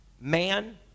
man